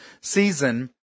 season